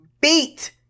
beat